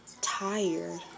tired